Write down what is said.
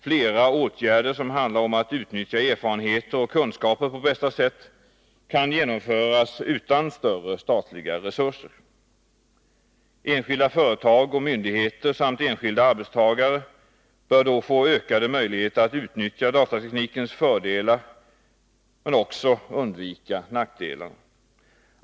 Flera åtgärder som handlar om att utnyttja erfarenheter och kunskaper på bästa sätt kan genomföras utan större statliga resurser. Enskilda företag och myndigheter samt enskilda arbetstagare bör då få ökade möjligheter att utnyttja datateknikens fördelar men också att undvika nackdelarna.